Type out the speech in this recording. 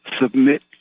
submit